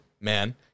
man